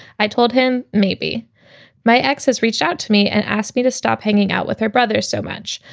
i told him maybe my ex has reached out to me and asked me to stop hanging out with her brother so much.